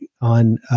on